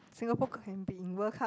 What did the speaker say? Singapore can be in World Cup